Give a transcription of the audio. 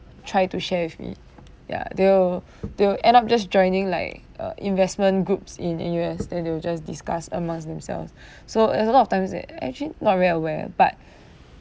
try to share with me ya they'll they'll end up just joining like uh investment groups in N_U_S then they will just discuss amongst themselves so there's a lot of times that actually not very aware but